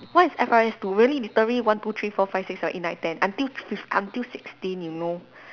what is F_R_S two really literally one two three four five six seven eight nine ten until fif~ until sixteen you know